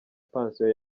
pansiyo